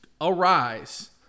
arise